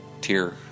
tier